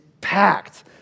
packed